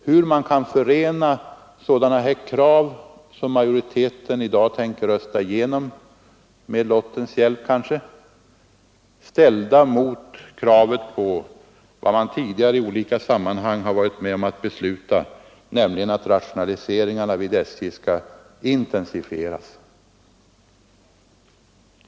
Hur kan man förena sådana krav som majoriteten i dag tänker rösta igenom — kanske med lottens hjälp — och de krav man tidigare i olika sammanhang varit med om att framställa, nämligen att rationaliseringarna inom SJ skall intensifieras?